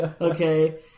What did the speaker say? okay